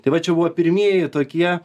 tai va čia buvo pirmieji tokie